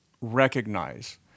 recognize